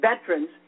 veterans